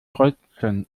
kreuzchen